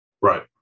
Right